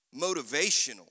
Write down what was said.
motivational